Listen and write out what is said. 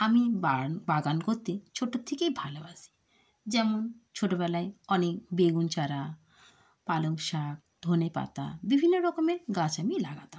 আমি বাগান করতে ছোটর থেকেই ভালোবাসি যেমন ছোটবেলায় অনেক বেগুন চারা পালংশাক ধনেপাতা বিভিন্ন রকমের গাছ আমি লাগাতাম